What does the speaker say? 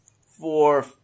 four